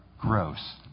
gross